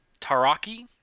Taraki